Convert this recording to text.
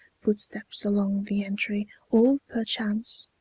footsteps along the entry, or perchance,